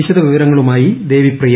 വിശദപിവരങ്ങളുമായി Devipriya